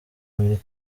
urubuga